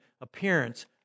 appearance